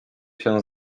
się